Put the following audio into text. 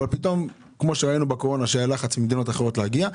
כמו שראינו בקורונה שהיה לחץ ממדינות אחרות להגיע,